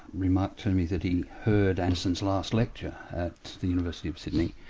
remarked to me that he heard anderson's last lecture at the university of sydney,